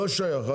לא שייך,